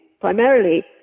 primarily